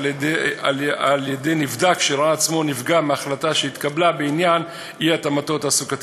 על-ידי נבדק שראה עצמו נפגע מהחלטה שהתקבלה בעניין אי-התאמתו התעסוקתית.